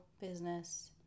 business